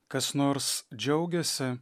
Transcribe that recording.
kas nors džiaugiasi